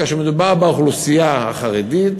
כאשר מדובר באוכלוסייה החרדית,